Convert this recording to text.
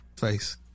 Face